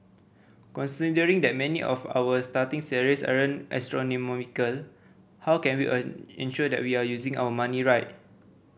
considering that many of our starting salaries astronomical how can we ensure that we are using our money right